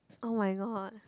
oh-my-god